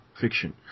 fiction